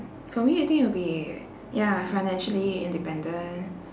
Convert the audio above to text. for me I think it'll be ya financially independent